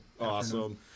Awesome